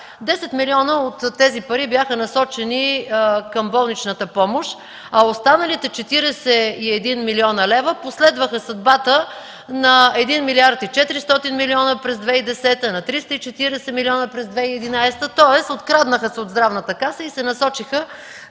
милиона от тези пари бяха насочени към болничната помощ, а останалите 41 млн. лв. последваха съдбата на 1 милиард и 400 милиона през 2010 г., на 340 милиона през 2011 г., тоест откраднаха се от Здравната каса и се насочиха